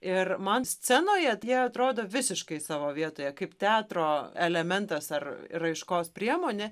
ir man scenoje tai jie atrodo visiškai savo vietoje kaip teatro elementas ar raiškos priemonė